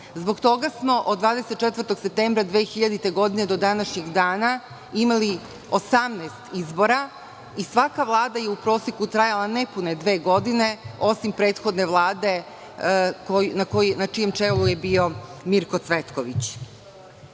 Zbog toga smo od 24. septembra 2000. godine do današnjeg dana imali 18 izbora i svaka vlada je u proseku trajala nepune dve godine, osim prethodne Vlade, na čijem čelu je bio Mirko Cvetković. Zbog